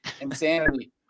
insanity